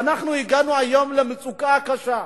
ואנחנו הגענו היום למצוקה הקשה?